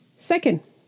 Second